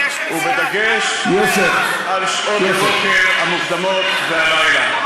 ובדגש על שעות הבוקר המוקדמות והלילה.